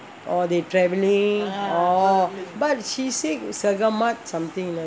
or they traveling oh but she said segamat something